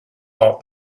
thought